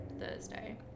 Thursday